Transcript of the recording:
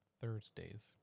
Thursdays